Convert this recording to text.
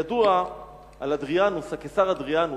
ידוע על אדריאנוס, הקיסר אדריאנוס,